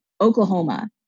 Oklahoma